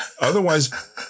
otherwise